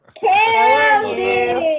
Candy